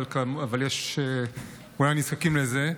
אבל יש אולי נזקקים לזה,